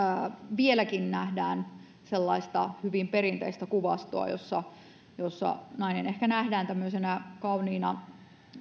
vieläkin nähdään sellaista hyvin perinteistä kuvastoa jossa nainen ehkä nähdään tämmöisenä kauniina